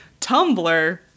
Tumblr